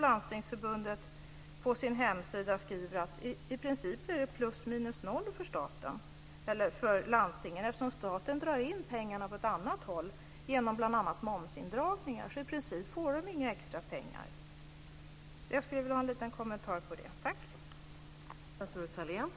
Landstingsförbundet skriver ju på sin hemsida att i princip blir det plus minus noll för landstingen, eftersom staten drar in pengarna på ett annat håll, bl.a. genom momsindragningar. I princip får de alltså inga extra pengar. Jag skulle vilja ha en liten kommentar till det.